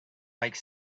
like